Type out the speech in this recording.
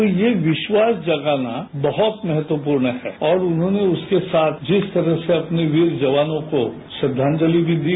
तो ये विश्वास जगाना बहुत महत्वपूर्ण है और उन्होंने उसके साथ जिस तरह से अपने वीर जवानों को श्रद्वांजलि भी दी